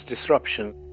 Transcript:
disruption